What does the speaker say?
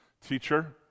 Teacher